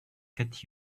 get